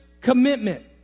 commitment